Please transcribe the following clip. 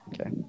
Okay